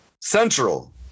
Central